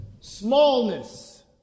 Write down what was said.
Smallness